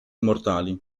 mortali